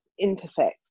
intersect